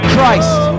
Christ